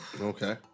Okay